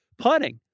putting